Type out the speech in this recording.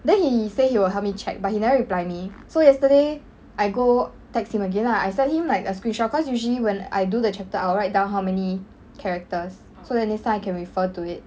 then he say he will help me check but he never reply me so yesterday I go text him again lah I send him like a screenshot cause usually when I do the chapter I will write down how many characters so that next time I can refer to it